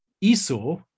Esau